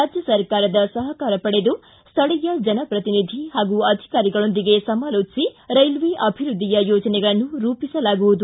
ರಾಜ್ಯ ಸರ್ಕಾರದ ಸಹಕಾರ ಪಡೆದು ಸ್ವೀಯ ಜನಪ್ರತಿನಿಧಿ ಪಾಗೂ ಅಧಿಕಾರಿಗಳೊಂದಿಗೆ ಸಮಾಲೋಚಿಸಿ ರೈಲ್ವೆ ಅಭಿವೃದ್ಧಿಯ ಯೋಜನೆಗಳನ್ನು ರೂಪಿಸಲಾಗುವುದು